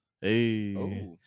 Hey